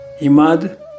imad